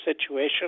situation